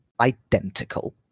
identical